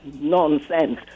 nonsense